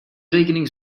rekening